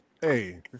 hey